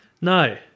No